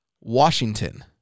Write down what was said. Washington